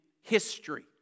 history